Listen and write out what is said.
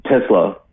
Tesla